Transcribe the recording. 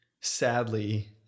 sadly